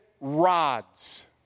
rods